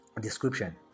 description